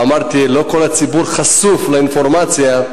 ואמרתי שלא כל הציבור חשוף לאינפורמציה,